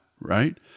right